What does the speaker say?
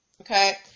Okay